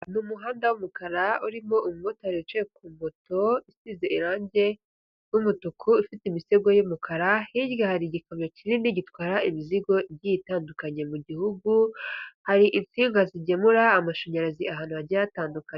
Ni umuhanda w'umukara urimo umumotari wicaye ku moto, isize irangi ry'umutuku, ifite imisego y'umukara, hirya hari igikamyo kinini gitwara imizigo igiye itandukanye mu gihugu, hari insinga zigemura amashanyarazi ahantu hagiye hatandukanye.